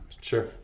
Sure